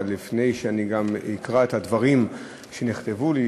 אבל לפני שאני אקרא את הדברים שנכתבו לי